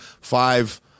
five